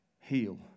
heal